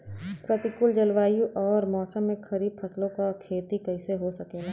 प्रतिकूल जलवायु अउर मौसम में खरीफ फसलों क खेती कइसे हो सकेला?